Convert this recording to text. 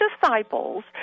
disciples